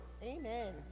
amen